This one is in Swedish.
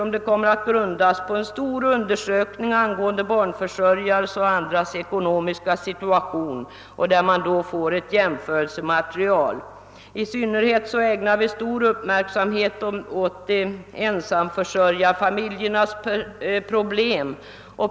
Förslaget kommer att grundas på en stor undersökning angående barnförsörjares och andras ekonomiska situation — man får alltså ett jämförelsematerial. I synnerhet ägnar vi stor uppmärksamhet åt ensamförsörjarfamiljernas problem.